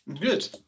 good